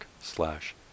slash